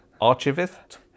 Archivist